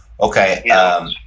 Okay